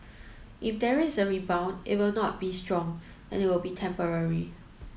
if there is a rebound it will not be strong and it will be temporary